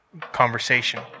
conversation